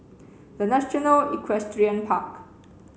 the National Equestrian Park